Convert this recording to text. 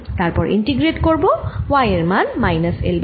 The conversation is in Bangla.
তারপর ইন্টিগ্রেট করব y এর মান মাইনাস L বাই 2 থেকে L বাই 2 পর্যন্ত